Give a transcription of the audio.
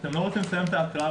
שתעלה לזום ותגיד את הדברים.